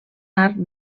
arc